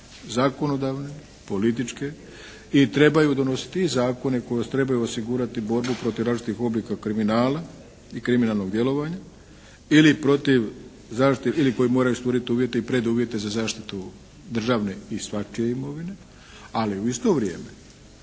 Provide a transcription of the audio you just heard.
zakonodavne, političke i trebaju donositi zakone koji trebaju osigurati borbu protiv različitih oblika kriminala i kriminalnog djelovanja ili protiv zaštite, ili koji moraju stvoriti uvjete i preduvjete za zaštitu državne i svačije imovine ali u isto vrijeme